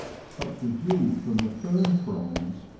sucked the dew from the fern fronds,